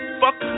fuck